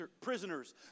prisoners